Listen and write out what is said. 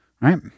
Right